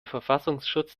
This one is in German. verfassungsschutz